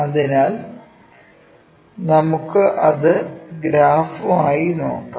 അതിനാൽ നമുക്ക് അത് ഗ്രാഫിക്കായി നോക്കാം